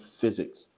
Physics